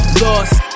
lost